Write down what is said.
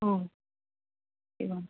एवम्